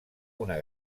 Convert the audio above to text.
una